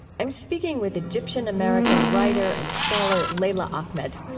i'm speaking with egyptian-american writer and scholar leila ahmed.